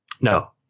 No